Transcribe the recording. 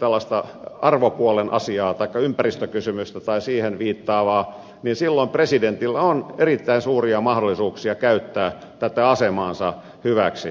tällaista arvopuolen asiaa taikka ympäristökysymystä tai siihen viittaavaa niin silloin presidentillä on erittäin suuria mahdollisuuksia käyttää tätä asemaansa hyväksi